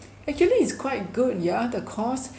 actually it's quite good ya the course